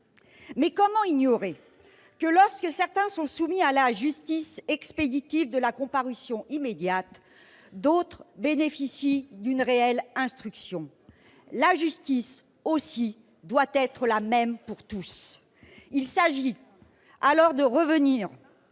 mais comment ignorer que, lorsque certains sont soumis à la justice expéditive de la comparution immédiate, d'autres bénéficient d'une réelle instruction ? C'est incroyable ! La justice, aussi, doit être la même pour tous ! Il faut revenir